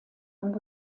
und